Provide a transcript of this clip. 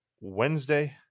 Wednesday